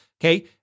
okay